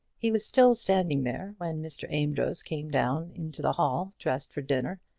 he was still standing there when mr. amedroz came down into the hall, dressed for dinner,